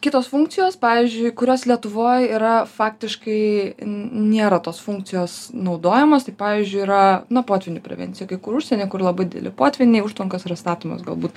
kitos funkcijos pavyzdžiui kurios lietuvoj yra faktiškai nėra tos funkcijos naudojamos tai pavyzdžiui yra na potvynių prevencija kai kur užsieny kur labai dideli potvyniai užtvankos yra statomos galbūt